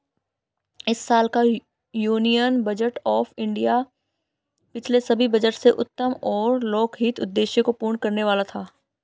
इस साल का यूनियन बजट ऑफ़ इंडिया पिछले सभी बजट से उत्तम और लोकहित उद्देश्य को पूर्ण करने वाला था